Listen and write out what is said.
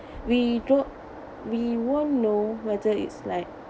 we don't we won't know whether it's like